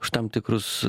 už tam tikrus